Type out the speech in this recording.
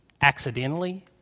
accidentally